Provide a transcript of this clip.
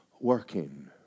working